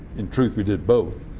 in truth, we did both,